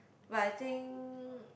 but I think